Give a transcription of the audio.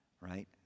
right